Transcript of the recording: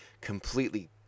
completely